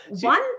one